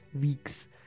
weeks